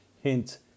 hint